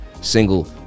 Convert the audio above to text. single